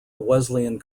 wesleyan